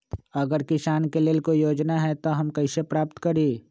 अगर किसान के लेल कोई योजना है त हम कईसे प्राप्त करी?